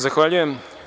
Zahvaljujem.